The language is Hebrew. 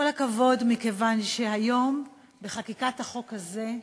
כל הכבוד מכיוון שהיום, בחקיקת החוק הזה,